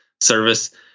Service